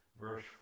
verse